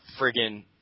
friggin